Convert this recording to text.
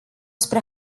spre